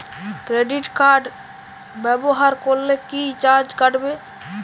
Credit card ব্যাবহার করলে কি চার্জ কাটবে?